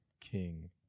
king